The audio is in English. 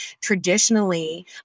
traditionally